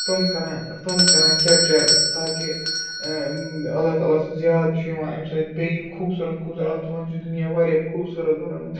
تِم کَران تِم کَران کیٚپچَر تاکہِ اللہ تعلیٰ سٕنٛز یاد چھِ یِوان اَمہِ سۭتۍ بیٚیہِ یِم خوٗبصوٗرت خوٗبصورت چھِ اللہ تعلیٰ ین چھِ دُنیا واریاہ خوٗبصوٗرت بَنٲومٕژ